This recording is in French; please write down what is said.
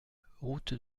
route